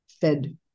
Fed